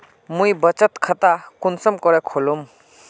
मुई बचत खता कुंसम करे खोलुम?